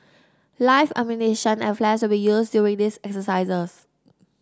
live ammunition and flares will be used during these exercises